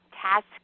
tasks